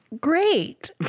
Great